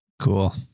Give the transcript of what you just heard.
Cool